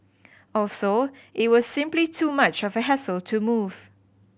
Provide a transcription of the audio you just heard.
also it was simply too much of a hassle to move